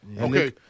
Okay